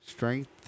Strength